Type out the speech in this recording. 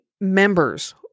members